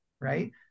right